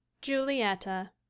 Julietta